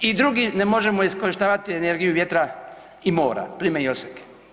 I drugi, ne možemo iskorištavati energiju vjetra i mora, plime i oseke.